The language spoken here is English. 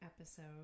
episode